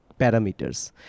parameters